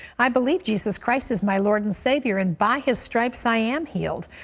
i believe jesus christ is my lord and savior and by his stripes i am healed.